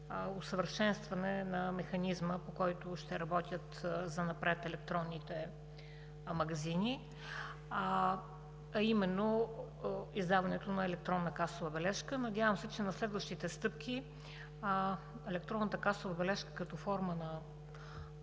усъвършенстване на механизма, по който ще работят занапред електронните магазини, а именно: издаването на електронна касова бележка. Надявам се, че на следващите стъпки електронната касова бележка като форма на